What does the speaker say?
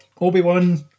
Obi-Wan